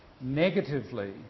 negatively